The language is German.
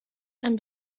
ein